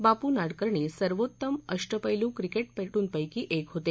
बापू नाडकर्णी सर्वोत्तम अष्टपैलू क्रिकेटपटूंपैकी एक होते